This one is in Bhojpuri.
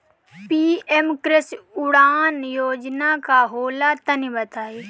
पी.एम कृषि उड़ान योजना का होला तनि बताई?